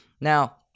Now